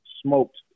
smoked